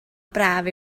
braf